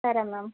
సరే మ్యామ్